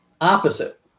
opposite